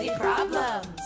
Problems